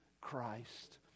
Christ